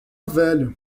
velho